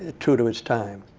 ah to to its time.